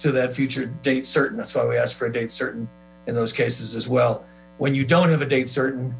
to that future date certain that's why we asked for a date certain in those cases as well when you don't have a date certain